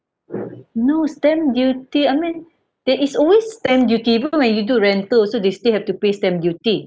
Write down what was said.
no stamp duty I mean there is always stamp duty even when you do rental also they still have to pay stamp duty